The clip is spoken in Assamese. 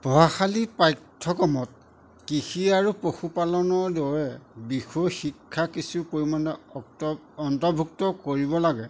পঢ়াশালী পাঠ্যক্ৰমত কৃষি আৰু পশুপালনৰ দৰে বিষয় শিক্ষা কিছু পৰিমাণে অত অন্তৰ্ভুক্ত কৰিব লাগে